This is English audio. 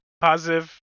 Positive